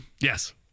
yes